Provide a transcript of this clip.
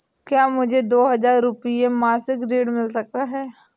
क्या मुझे दो हज़ार रुपये मासिक ऋण मिल सकता है?